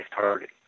target